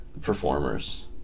performers